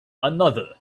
another